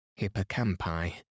Hippocampi